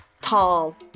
Tall